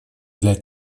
для